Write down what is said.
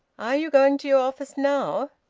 are you going to your office now?